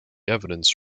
evidence